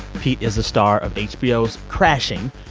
pete is the star of hbo's crashing.